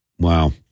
Wow